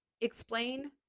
Explain